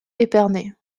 épernay